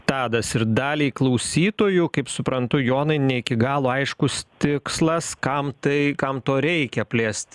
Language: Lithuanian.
tadas ir daliai klausytojų kaip suprantu jonai ne iki galo aiškus tikslas kam tai kam to reikia plėsti